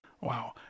Wow